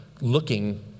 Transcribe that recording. looking